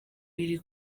iri